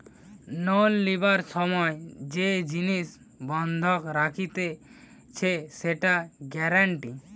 loan লিবার সময় যে জিনিস বন্ধক রাখতিছে সেটা গ্যারান্টি